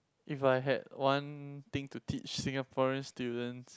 if I had one thing to teach Singaporean students